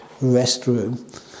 restroom